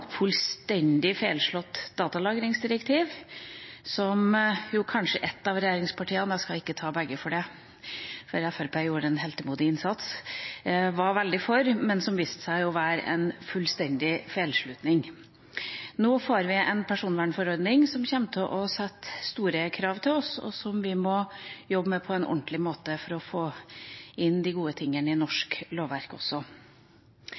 fullstendig feilslått datalagringsdirektiv, som jo kanskje ett av regjeringspartiene – jeg skal ikke ta begge for det, for Fremskrittspartiet gjorde en heltemodig innsats – var veldig for, men som viste seg å være en fullstendig feilslutning. Nå får vi en personvernforordning som kommer til å stille store krav til oss, og som vi må jobbe med på en ordentlig måte for å få inn de gode tingene i norsk lovverk også.